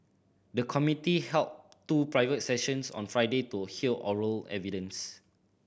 the committee held two private sessions on Friday to hear oral evidence